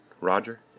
Roger